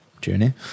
journey